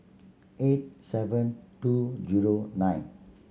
eight seven two zero nine